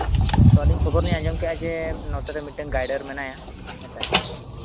ᱛᱳ ᱟᱹᱞᱤᱧ ᱠᱷᱚᱵᱚᱨ ᱞᱤᱧ ᱟᱸᱡᱚᱢ ᱠᱮᱫᱟ ᱡᱮ ᱱᱚᱛᱮ ᱨᱮ ᱢᱤᱫᱴᱟᱱ ᱜᱟᱭᱰᱟᱨ ᱢᱮᱱᱟᱭᱟ ᱦᱮᱸ ᱥᱮ